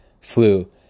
flu